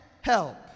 help